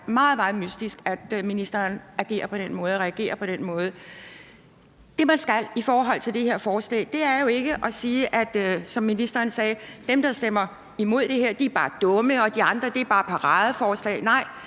meget, meget mystisk, at ministeren agerer og reagerer på den måde. Det, man skal i forhold til det her forslag, er jo ikke at sige, som ministeren sagde, at dem, der stemmer imod det her, bare er dumme, og de andre forslag er bare paradeforslag. Nej,